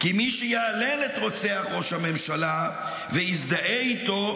כי מי שיהלל את רוצח ראש הממשלה ויזדהה איתו,